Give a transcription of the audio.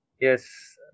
Yes